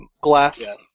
glass